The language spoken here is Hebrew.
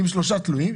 עם שלושה תלויים,